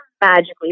magically